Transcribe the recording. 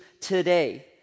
today